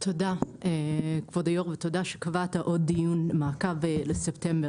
תודה כבוד היו"ר ותודה שקבעת עוד דיון מעקב לספטמבר.